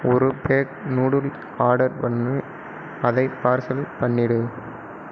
ஒரு pack noodle order பண்ணு அதை பார்சல் பண்ணிடு